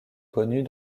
connus